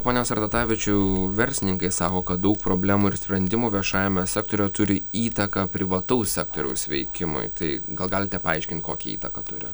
pone sartatavičiau verslininkai sako kad daug problemų ir sprendimų viešajame sektoriuje turi įtaką privataus sektoriaus veikimui tai gal galite paaiškint kokią įtaką turi